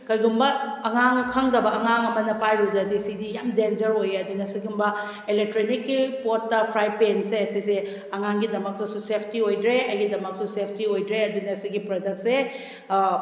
ꯀꯔꯤꯒꯨꯝꯕ ꯑꯉꯥꯡꯅ ꯈꯪꯗꯕ ꯑꯉꯥꯡ ꯑꯃꯅ ꯄꯥꯏꯔꯨꯔꯒꯗꯤ ꯁꯤꯗꯤ ꯌꯥꯝ ꯗꯦꯟꯖꯔ ꯑꯣꯏꯌꯦ ꯑꯗꯨꯅ ꯁꯤꯒꯨꯝꯕ ꯑꯦꯂꯦꯛꯇ꯭ꯔꯣꯅꯤꯛꯀꯤ ꯄꯣꯠꯇ ꯐ꯭ꯔꯥꯏꯗ ꯄꯦꯟꯁꯦ ꯁꯤꯁꯦ ꯑꯉꯥꯡꯒꯤꯗꯃꯛꯇꯁꯨ ꯁꯦꯞꯇꯤ ꯑꯣꯏꯗ꯭ꯔꯦ ꯑꯩꯒꯤꯗꯃꯛꯁꯨ ꯁꯦꯞꯇꯤ ꯑꯣꯏꯗ꯭ꯔꯦ ꯑꯗꯨꯅ ꯁꯤꯒꯤ ꯄ꯭ꯔꯗꯛꯁꯦ